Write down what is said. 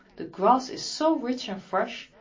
the grass is so rich and fresh,